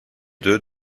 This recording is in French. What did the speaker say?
deux